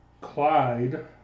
Clyde